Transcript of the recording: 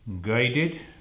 Guided